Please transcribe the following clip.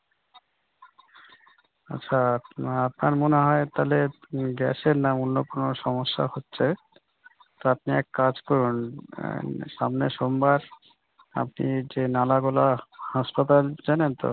আচ্ছা আপনা আপনার মনে হয় তাহলে গ্যাসের না অন্য কোনো সমস্যা হচ্ছে তো আপনি এক কাজ করুন সামনের সোমবার আপনি যে নালাগোলা হাসপাতাল চেনেন তো